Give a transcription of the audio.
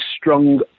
strong